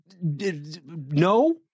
No